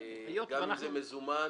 גם אם זה מזומן